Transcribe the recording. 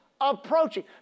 approaching